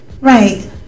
Right